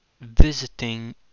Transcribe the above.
visiting